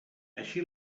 així